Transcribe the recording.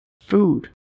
Food